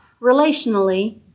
relationally